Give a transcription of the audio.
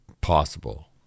possible